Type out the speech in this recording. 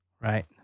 right